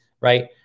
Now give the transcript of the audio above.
right